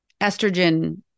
estrogen